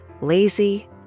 lazy